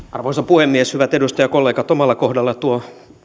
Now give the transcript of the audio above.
arvoisa puhemies hyvät edustajakollegat omalla kohdalla tuo